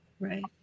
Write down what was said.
Right